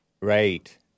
Right